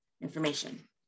information